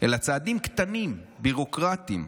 אלא צעדים קטנים, ביורוקרטיים.